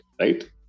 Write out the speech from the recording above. right